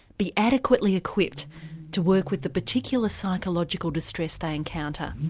be adequately equipped to work with the particular psychological distress they encounter?